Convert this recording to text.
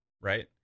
right